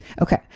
Okay